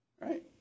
Right